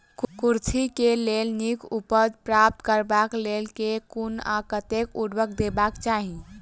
कुर्थी केँ नीक उपज प्राप्त करबाक लेल केँ कुन आ कतेक उर्वरक देबाक चाहि?